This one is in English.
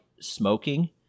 smoking